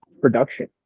production